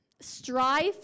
Strive